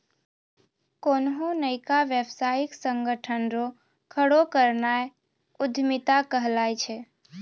कोन्हो नयका व्यवसायिक संगठन रो खड़ो करनाय उद्यमिता कहलाय छै